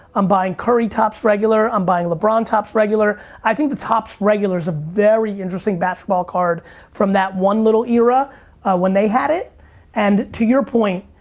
i'm buying curry topps regular. i'm buying lebron topps regular. i think the topps regulars' a very interesting basketball card from that one little era when they had it and to your point,